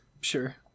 Sure